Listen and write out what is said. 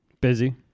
Busy